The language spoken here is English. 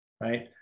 right